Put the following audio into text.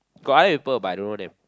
got other people but I don't know them